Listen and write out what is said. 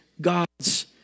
God's